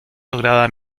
lograda